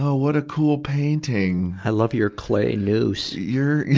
what a cool painting. i love your clay noose. your your